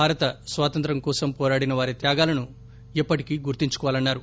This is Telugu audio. భారత స్వాతంత్ర్యం కోసం పోరాడిన వారి త్యాగాలను ఎప్పటికి గుర్తుంచుకోవాలన్నారు